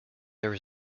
there